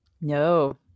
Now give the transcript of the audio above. no